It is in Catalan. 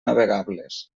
navegables